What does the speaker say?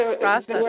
process